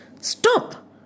Stop